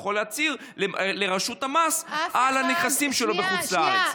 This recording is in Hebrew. הוא יכול להצהיר בפני רשות המס על הנכסים שלו בחוץ לארץ.